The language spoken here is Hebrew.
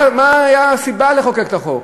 מה הייתה הסיבה לחוקק את החוק?